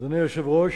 אדוני היושב-ראש,